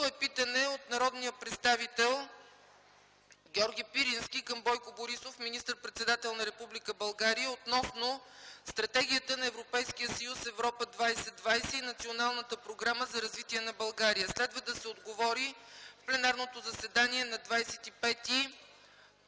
е питане от народния представител Георги Пирински към Бойко Борисов - министър-председател на Република България, относно Стратегията на Европейския съюз „Европа 2020” и Националната програма за развитие на България. Следва да се отговори в пленарното заседание на 25